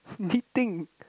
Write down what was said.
knitting